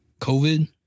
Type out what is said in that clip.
COVID